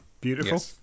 Beautiful